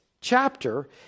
chapter